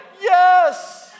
yes